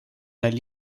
neil